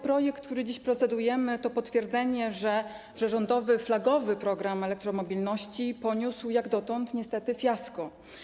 Projekt, nad którym dziś procedujemy, to potwierdzenie, że rządowy flagowy program elektromobilności poniósł jak dotąd niestety fiasko.